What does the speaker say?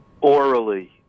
Orally